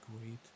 great